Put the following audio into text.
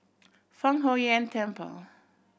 Fang Huo Yuan Temple